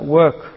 work